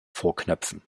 vorknöpfen